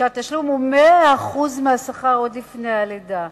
כשהתשלום הוא 100% השכר עוד לפני הלידה.